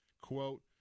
quote